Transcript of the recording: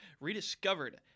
rediscovered